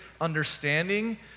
understanding